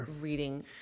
reading